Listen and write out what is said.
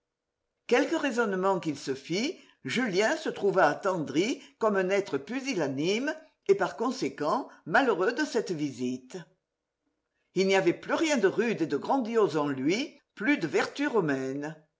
quelques raisonnements qu'il se fît julien se trouva attendri comme un être pusillanime et par conséquent malheureux de cette visite il n'y avait plus rien de rude et de grandiose en lui plus de vertu romaine